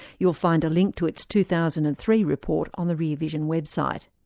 you'll find a link to its two thousand and three report on the rear vision website.